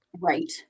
Right